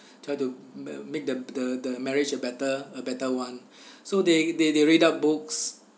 try to m~ uh make the m~ the the marriage a better a better one so they they they read up books